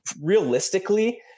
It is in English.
Realistically